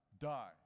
die